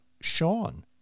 Sean